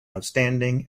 outstanding